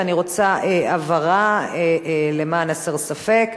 אני רוצה הבהרה, למען הסר ספק: